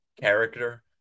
character